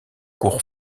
cours